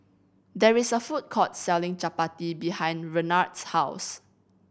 there is a food court selling Chapati behind Renard's house